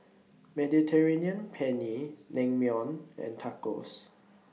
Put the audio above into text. Mediterranean Penne Naengmyeon and Tacos